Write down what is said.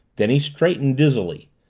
then he straightened dizzily,